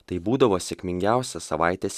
tai būdavo sėkmingiausias savaitės